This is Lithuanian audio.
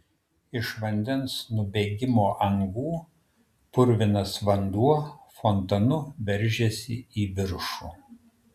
iš vandens nubėgimo angų purvinas vanduo fontanu veržėsi į viršų